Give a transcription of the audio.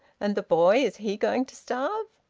and the boy? is he going to starve?